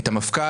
את המפכ"ל.